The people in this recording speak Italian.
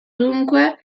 dunque